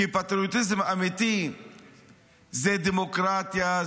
כי פטריוטיזם אמיתי זה דמוקרטיה,